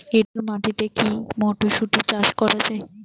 এটেল মাটিতে কী মটরশুটি চাষ করা য়ায়?